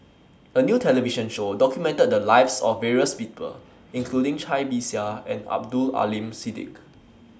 A New television Show documented The Lives of various People including Cai Bixia and Abdul Aleem Siddique